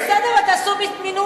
אז בסדר, אז תעשו מינונים.